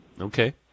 Okay